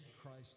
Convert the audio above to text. Christ